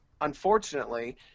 Unfortunately